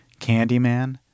Candyman